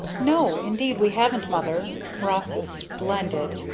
no indeed we haven't, mother. ross is splendid.